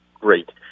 great